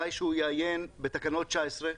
די שהוא יעיין בתקנות 19,